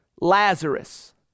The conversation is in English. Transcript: Lazarus